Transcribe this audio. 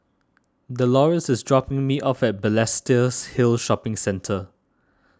Dolores is dropping me off at Balestiers Hill Shopping Centre